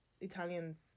Italians